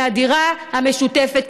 מהדירה המשותפת,